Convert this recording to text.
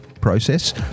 process